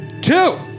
Two